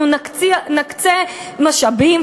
אנחנו נקצה משאבים,